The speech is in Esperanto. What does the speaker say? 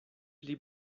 pli